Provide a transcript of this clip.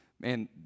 man